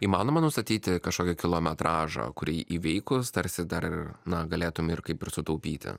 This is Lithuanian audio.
įmanoma nustatyti kažkokį kilometražą kurį įveikus tarsi dar na galėtum ir kaip ir sutaupyti